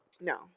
No